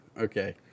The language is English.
Okay